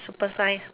super size